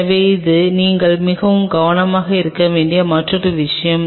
எனவே இது நீங்கள் மிகவும் கவனமாக இருக்க வேண்டிய மற்றொரு விஷயம்